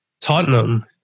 Tottenham